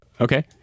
Okay